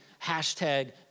hashtag